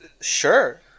sure